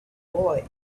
boy